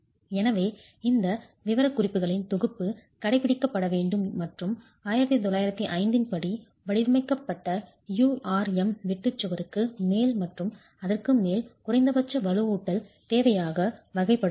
எனவே இந்த விவரக்குறிப்புகளின் தொகுப்பு கடைபிடிக்கப்பட வேண்டும் மற்றும் 1905 இன் படி வடிவமைக்கப்பட்ட URM வெட்டு சுவருக்கு மேல் மற்றும் அதற்கு மேல் குறைந்தபட்ச வலுவூட்டல் தேவையாக வகைப்படுத்தப்படும்